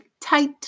tight